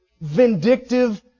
vindictive